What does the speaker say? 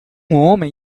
homem